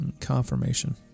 confirmation